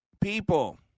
people